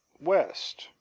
West